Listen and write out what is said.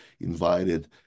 invited